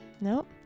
Nope